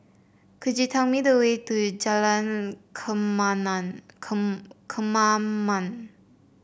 could you tell me the way to Jalan Kemaman